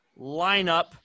lineup